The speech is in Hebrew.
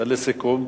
ולסיכום?